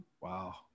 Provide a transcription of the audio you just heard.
wow